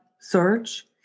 search